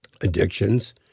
addictions